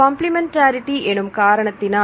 complementarity எனும் காரணத்தினால்